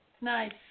nice